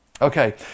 Okay